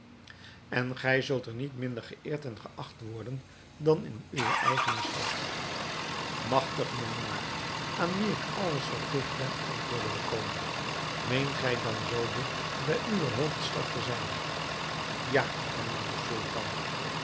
en gij zult er niet minder geëerd en geacht worden dan in uwe eigene stad magtig monarch aan wien ik alles verpligt ben antwoordde de koning meent gij dan zoo digt bij uwe hoofdstad te zijn ja hernam de sultan